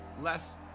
Less